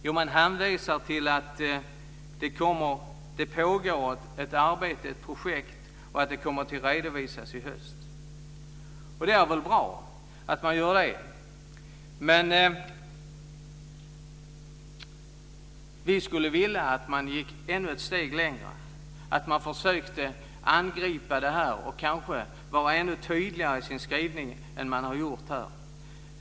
Jo, man hänvisar till att det pågår ett projekt och att det kommer att redovisas i höst. Det är väl bra att man gör det, men vi skulle vilja att man gick ännu ett steg längre och försökte angripa det här och kanske var ännu tydligare i sin skrivning än man har varit här.